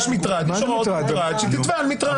יש הוראות מטרד, תתבע על מטרד.